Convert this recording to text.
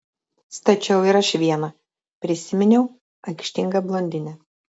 stačiau ir aš vieną prisiminiau aikštingą blondinę